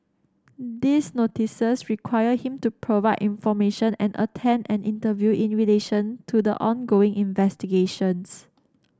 these Notices require him to provide information and attend an interview in relation to the ongoing investigations